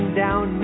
down